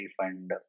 refund